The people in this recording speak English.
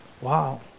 Wow